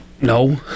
No